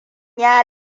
ya